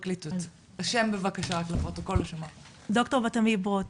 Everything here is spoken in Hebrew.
שלום, שמי ד"ר בת עמי ברוט